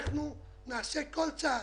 אנחנו נעשה כל צעד,